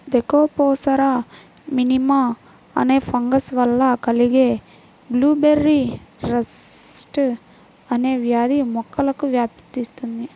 Thekopsora minima అనే fungus వల్ల కలిగే బ్లూబెర్రీ రస్ట్ అనే వ్యాధి మొక్కలకు వ్యాపిస్తుంది